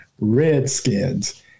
Redskins